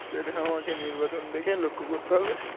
সেটা আমাকে নির্বাচন দেখে লক্ষ্য করতে হবে